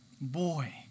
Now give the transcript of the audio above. Boy